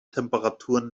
temperaturen